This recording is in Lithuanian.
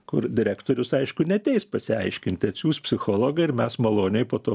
kur direktorius aišku neateis pasiaiškinti atsiųs psichologą ir mes maloniai po to